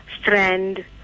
Strand